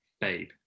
Babe